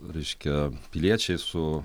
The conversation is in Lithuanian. reiškia piliečiai su